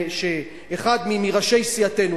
אחד מראשי סיעתנו,